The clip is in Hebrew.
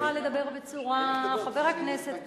אני לא מצליחה לדבר בצורה, חבר הכנסת כץ.